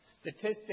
Statistics